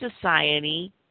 society